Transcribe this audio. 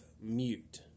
mute